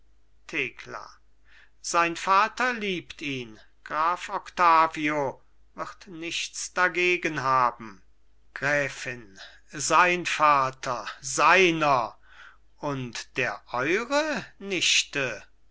thekla sein vater liebt ihn graf octavio wird nichts dagegenhaben gräfin sein vater seiner und der eure nichte